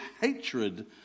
hatred